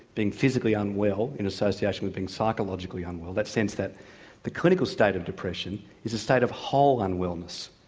being physically unwell in association with being psychologically unwell that sense that the clinical state of depression is a state of whole unwellness.